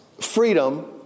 freedom